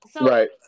Right